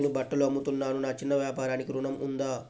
నేను బట్టలు అమ్ముతున్నాను, నా చిన్న వ్యాపారానికి ఋణం ఉందా?